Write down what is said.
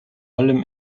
allem